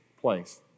place